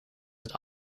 het